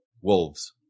Wolves